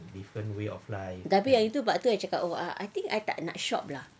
tapi yang itu sebab itu I cakap oh think I tak nak shop[ah]